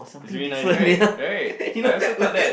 it's very nice right right I also thought that